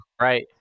Right